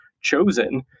chosen